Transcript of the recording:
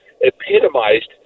epitomized